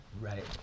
Right